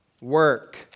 work